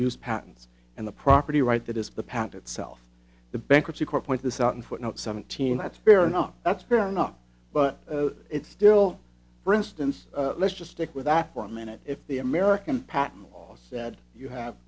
use patents and the property right that is the patent itself the bankruptcy court point this out in footnote seventeen that's fair enough that's fair enough but it's still for instance let's just stick with that for a minute if the american patent law said you have